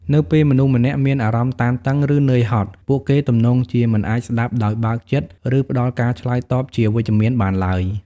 នៅពេលមនុស្សម្នាក់មានអារម្មណ៍តានតឹង ឬនឿយហត់ ពួកគេទំនងជាមិនអាចស្ដាប់ដោយបើកចិត្ត ឬផ្ដល់ការឆ្លើយតបជាវិជ្ជមានបានឡើយ។